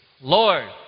Lord